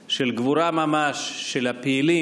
של גבורה ממש של הפעילים,